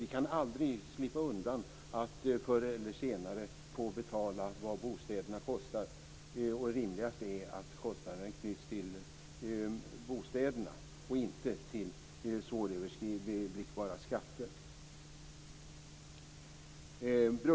Vi kan aldrig slippa undan att förr eller senare få betala vad bostäderna kostar. Rimligast är då att kostnaden knyts till bostäderna och inte till svåröverblickbara skatter.